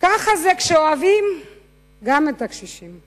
ככה זה כשאוהבים גם את הקשישים.